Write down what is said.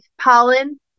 pollen